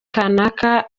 kanaka